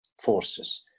forces